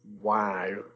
Wow